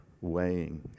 weighing